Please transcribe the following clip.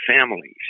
families